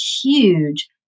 huge